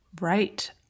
Right